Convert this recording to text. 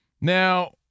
Now